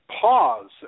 pause